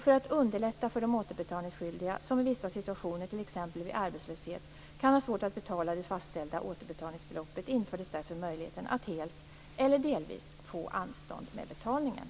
För att underlätta för de återbetalningsskyldiga som i vissa situationer, t.ex. vid arbetslöshet, kan ha svårt att betala det fastställda återbetalningsbeloppet infördes därför möjligheten att helt eller delvis få anstånd med betalningen.